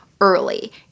early